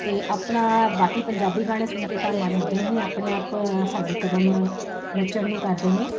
ਅਤੇ ਆਪਣਾ ਬਾਕੀ ਪੰਜਾਬੀ ਗਾਣੇ ਸੁਣ ਕੇ ਤਾਂ ਮਨ ਉੱਦਾਂ ਹੀ ਆਪਣੇ ਆਪ ਸਾਡੇ ਕਦਮ ਨੱਚਣ ਨੂੰ ਕਰਦੇ ਨੇ